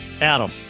Adam